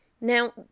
Now